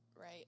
right